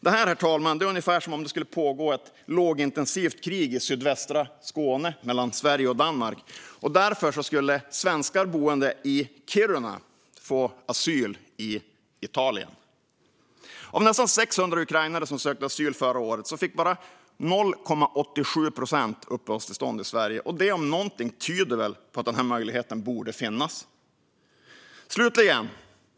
Det är, herr talman, ungefär som om det skulle pågå ett lågintensivt krig i sydvästra Skåne mellan Sverige och Danmark, och därför skulle svenskar boende i Kiruna få asyl i Italien. Av nästan 600 ukrainare som sökte asyl förra året fick bara 0,87 procent uppehållstillstånd i Sverige. Det om något tyder väl på att den här möjligheten borde finnas. Herr talman!